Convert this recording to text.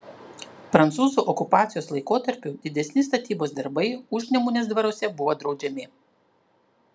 prancūzų okupacijos laikotarpiu didesni statybos darbai užnemunės dvaruose buvo draudžiami